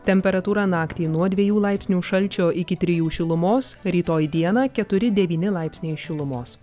temperatūra naktį nuo dviejų laipsnių šalčio iki trijų šilumos rytoj dieną keturi devyni laipsniai šilumos